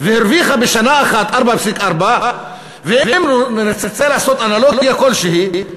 והרוויחה בשנה אחת 4.4. ואם נרצה לעשות אנלוגיה כלשהי,